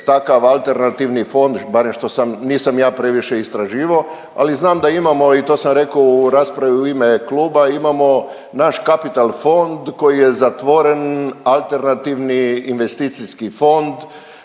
takav alternativni fond, barem što sam nisam ja previše istraživo, ali znam da imamo i to sam reko u raspravu u ime kluba imamo naš Kapital fond koji je zatvoren alternativni investicijski fond